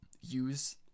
use